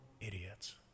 idiots